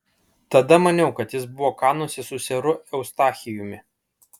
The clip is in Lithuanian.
tada maniau kad jis buvo kanuose su seru eustachijumi